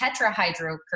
tetrahydrocurcumin